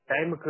Time